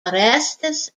orestes